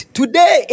today